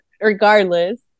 regardless